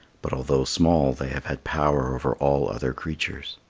but although small they have had power over all other creatures.